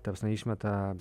ta prasme išmeta